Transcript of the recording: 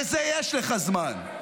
לזה יש לך זמן.